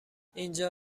اینجا